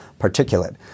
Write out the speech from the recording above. particulate